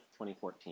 2014